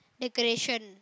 decoration